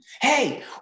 Hey